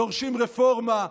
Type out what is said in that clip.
דורשים רפורמה,